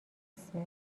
اسمت